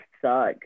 suck